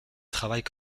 travaille